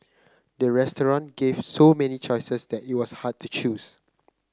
the restaurant gave so many choices that it was hard to choose